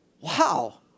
Wow